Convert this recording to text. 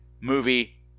movie